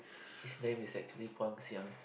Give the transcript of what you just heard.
his name is actually Guang-Xiang